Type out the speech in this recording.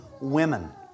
women